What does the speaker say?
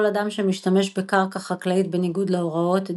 כל אדם שמשתמש בקרקע חקלאית בניגוד להוראות,